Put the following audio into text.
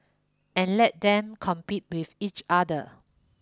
and let them compete with each other